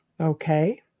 Okay